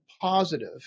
positive